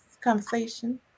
conversation